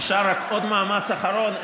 שנשאר רק עוד מאמץ אחרון.